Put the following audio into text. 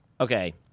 Okay